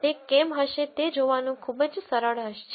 તે કેમ હશે તે જોવાનું ખૂબ જ સરળ છે